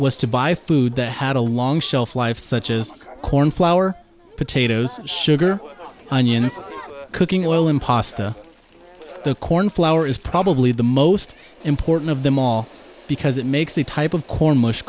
was to buy food the had a long shelf life such as corn flour potatoes sugar and eunice cooking oil and pasta the corn flour is probably the most important of them all because it makes the type of corn m